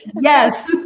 Yes